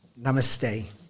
Namaste